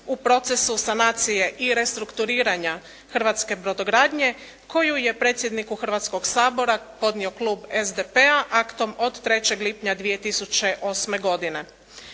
u procesu sanacije i restrukturiranja hrvatske brodogradnje koju je predsjedniku Hrvatskoga sabora podnio klub SDP-a aktom od 03. lipnja 2008. godine.